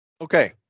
Okay